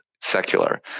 secular